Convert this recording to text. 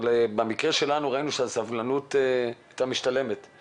במקרה שלנו ראינו שהסבלנות משתלמת יותר.